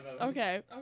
okay